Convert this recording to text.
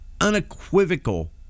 unequivocal